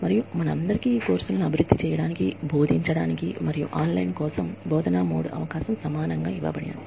మరియు మనందరికీ ఈ కోర్సులను అభివృద్ధి చేయడానికి బోధించటానికి మరియు ఆన్లైన్ లో బోధనా మోడ్ అవకాశం సమానంగా ఇవ్వబడింది